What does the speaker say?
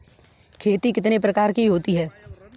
खेती कितने प्रकार की होती है?